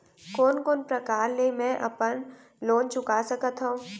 कोन कोन प्रकार ले मैं अपन लोन चुका सकत हँव?